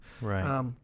Right